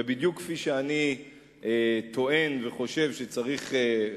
ובדיוק כפי שאני טוען וחושב שצריך,